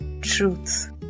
truth